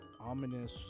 Ominous